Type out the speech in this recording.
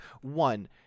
one